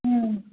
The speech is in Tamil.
ம்